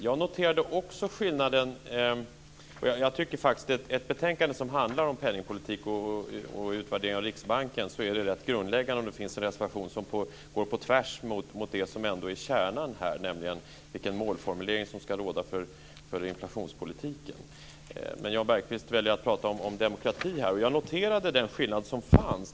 Jag tycker faktiskt att det är rätt grundläggande om det i ett betänkande som handlar om penningpolitik och utvärdering av Riksbanken finns en reservation som går på tvärs mot det som är kärnan, nämligen vilken målformulering som ska råda för inflationspolitiken. Men Jan Bergqvist väljer att prata om demokrati här. Jag noterade den skillnad som fanns.